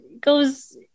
goes